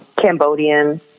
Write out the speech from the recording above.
Cambodian